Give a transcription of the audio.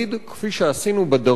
כפי שעשינו בדרום,